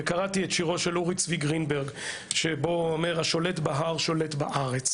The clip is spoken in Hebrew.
וקראתי את שירו של אורי צבי גרינברג שבו הוא אומר שהשולט בהר שולט בארץ,